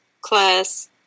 class